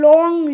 Long